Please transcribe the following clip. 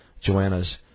Joanna's